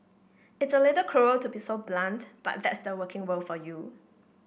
it's a little cruel to be so blunt but that's the working world for you